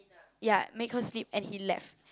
ya make her sleep and he left